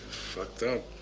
fucked up.